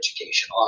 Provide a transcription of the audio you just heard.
education